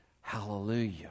hallelujah